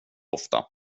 ofta